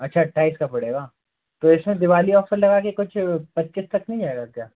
अच्छा अट्ठाईस का पड़ेगा तो इस में दिवाली औफर लगा के कुछ पच्चीस तक नहीं आएगा क्या